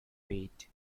feet